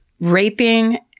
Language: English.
raping